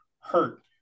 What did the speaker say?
hurt